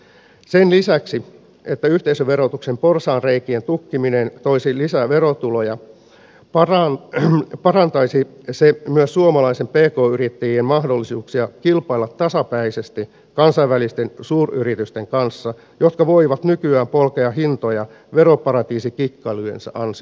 sen lisäksi että yhteisöverotuksen porsaanreikien tukkiminen toisi lisää verotuloja parantaisi se myös suomalaisten pk yrittäjien mahdollisuuksia kilpailla tasapäisesti kansainvälisten suuryritysten kanssa jotka voivat nykyään polkea hintoja veroparatiisikikkailujensa ansiosta